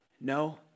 No